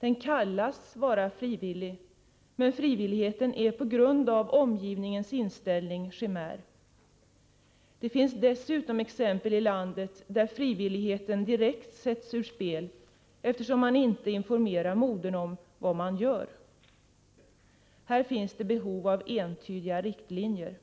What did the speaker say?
Den uppges vara frivillig, men frivilligheten är på grund av omgivningens inställning en chimär. Det finns dessutom i landet exempel på att frivilligheten direkt sätts ur spel, eftersom man inte informerar modern om vad man gör. Här finns det behov av entydiga riktlinjer.